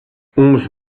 onze